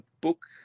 book